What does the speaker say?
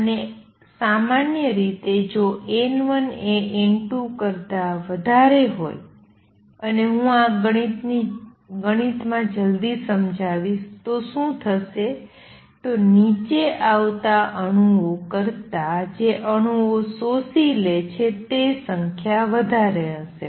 અને સામાન્ય રીતે જો N1 એ N2 કરતા વધારે હોય અને હું આ ગણિતમાં જલ્દી બતાવીશ તો શું થશે તો નીચે આવતા અણુઓ કરતાં જે અણુઓ શોષી લે છે તે સંખ્યા વધારે હશે